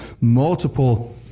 multiple